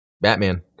Batman